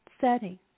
setting